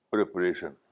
Preparation